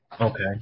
Okay